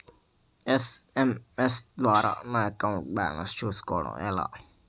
SMS ద్వారా నేను నా అకౌంట్ బాలన్స్ చూసుకోవడం ఎలా?